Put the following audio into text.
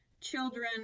Children